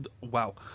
Wow